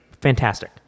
Fantastic